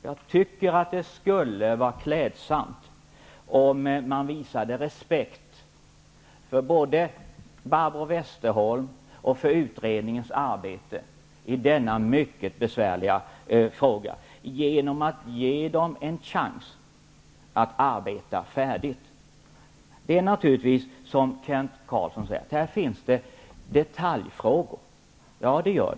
Jag tycker att det skulle vara klädsamt om man visade respekt för både Barbro Westerholm och utredningens arbete i denna mycket besvärliga fråga genom att ge dem en chans att arbeta färdigt. Det är naturligtvis som Kent Carlsson säger att det finns detaljfrågor. Det är riktigt.